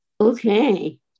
Okay